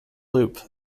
loop